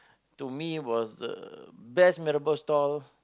to me was the best mee-rebus store